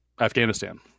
Afghanistan